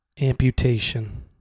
amputation